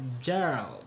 Gerald